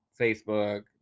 facebook